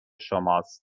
شماست